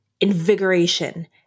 invigoration